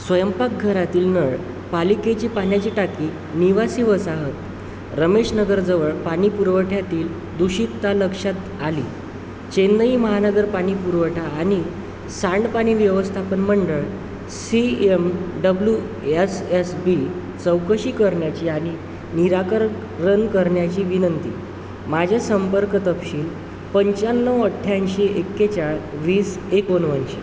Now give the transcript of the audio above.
स्वयंपाकघरातील नळ पालिकेची पाण्याची टाकी निवासी वसाहत रमेश नगरजवळ पाणी पुरवठ्यातील दूषितता लक्षात आली चेन्नई महानगर पाणीपुरवठा आणि सांडपाणी व्यवस्थापनमंडळ C M W S S B चौकशी करण्याची आणि निराकरण करण्याची विनंती माझ्या संपर्क तपशील पंच्याण्णव अठ्ठ्याऐंशी एक्केचाळीस वीस एकोणऐंशी